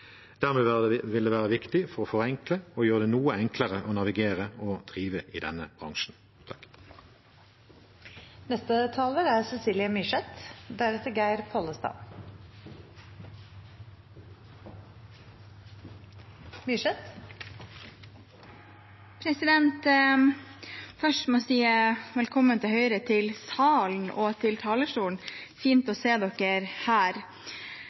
Dermed vil det være viktig for å forenkle og gjøre det noe enklere å navigere og drive i denne bransjen. Først må jeg si velkommen til salen og talerstolen til Høyre. Det er fint å se dem her. Det som er viktig for Arbeiderpartiet når det kommer til